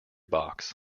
box